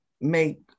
make